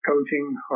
coaching